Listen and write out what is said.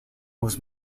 was